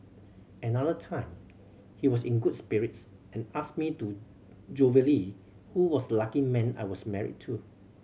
another time he was in good spirits and asked me to jovially who was lucky man I was married to